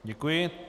Děkuji.